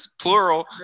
plural